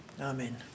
Amen